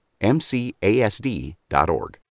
MCASD.org